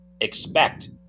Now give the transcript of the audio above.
expect